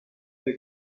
der